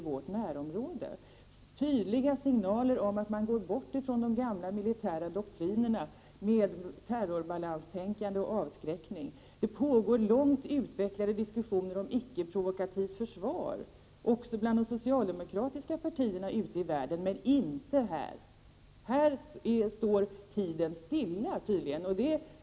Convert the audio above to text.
Det förekommer tydliga signaler om att man lämnar de gamla militärdoktrinerna med terrorbalanstänkande och avskräckning. Det pågår långt utvecklade diskussioner om ett icke-provokativt försvar, också bland de socialdemokratiska partierna ute i världen men inte här hemma. Här tycks tiden stå still.